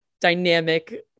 dynamic